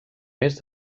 més